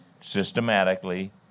systematically